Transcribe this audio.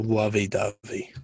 lovey-dovey